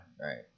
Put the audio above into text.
Right